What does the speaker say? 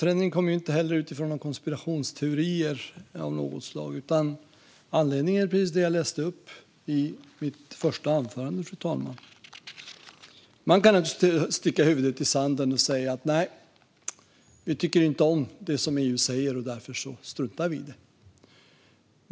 Förändringen kommer inte heller utifrån några konspirationsteorier av något slag, utan anledningen, fru talman, är precis den jag nämnde i mitt första anförande. Man kan naturligtvis sticka huvudet i sanden och säga: Nej, vi tycker inte om det som EU säger, och därför struntar vi i det!